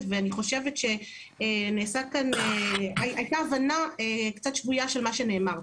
ואני חושבת שהייתה הבנה קצת שגויה של מה שנאמר.